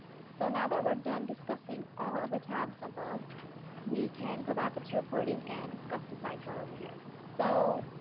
so, now that we are done discussing all of the tabs above we can go back to reporting and discuss the side bar over here. so,